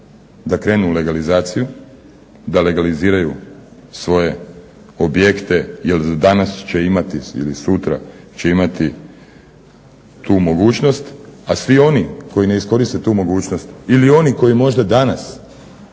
da krenu u legalizaciju, da legaliziraju svoje objekte jer danas će imati ili sutra će imati tu mogućnost, a svi oni koji ne iskoriste tu mogućnost ili oni koji možda danas